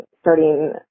starting